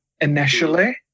initially